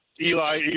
Eli